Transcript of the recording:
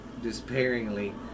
despairingly